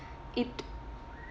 it